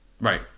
Right